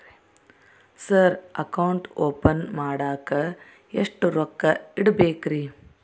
Sir account open ಮಾಡಾಕ ಎಷ್ಟು ರೊಕ್ಕ ಇಡಬೇಕ್ರಿ?